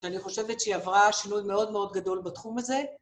ואני חושבת שהיא עברה שינוי מאוד מאוד גדול בתחום הזה.